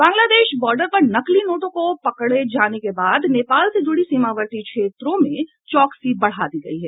Bangladesh border पर नकली नोटों को पकड़े जाने के बाद नेपाल से जुड़ी सीमावर्ती क्षेत्रों में चौकसी बढ़ा दी गयी है